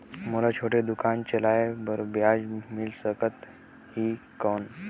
मोला छोटे दुकान चले बर ब्याज मिल सकत ही कौन?